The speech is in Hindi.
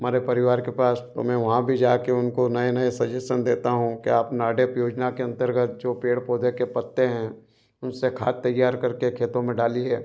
हमारे परिवार के पास तो मैं वहाँ भी जाकर उनको नए नए सजेसन देता हूँ कि आप नाडेप योजना के अंतर्गत जो पेड़ पौधे के पत्ते हैं उनसे खाद तैयार करके खेतों में डालिए